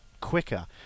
quicker